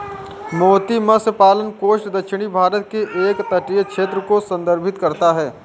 मोती मत्स्य पालन कोस्ट दक्षिणी भारत के एक तटीय क्षेत्र को संदर्भित करता है